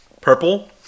Purple